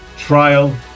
trial